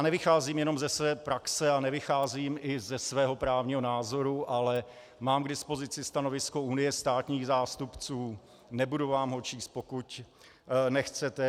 Nevycházím jenom ze své praxe a nevycházím i ze svého právního názoru, ale mám k dispozici stanovisko Unie státních zástupců, nebudu vám ho číst, pokud nechcete.